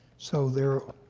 so there